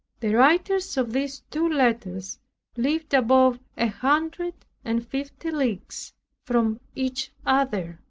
the writers of these two letters lived above a hundred and fifty leagues from each other